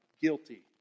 guilty